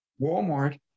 walmart